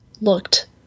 Looked